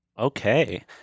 okay